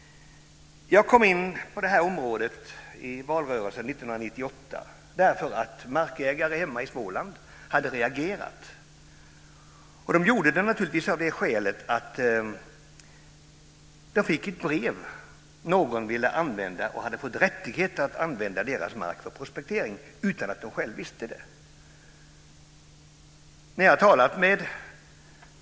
Jag kom in på det här området i valrörelsen 1998 därför att markägare hemma i Småland hade reagerat. De gjorde det av det skälet att de fått ett brev som sade att någon hade fått rättighet att använda deras mark för prospektering, utan att de själva visste det.